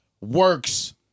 works